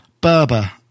Berber